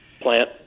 plant